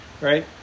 right